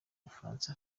bufaransa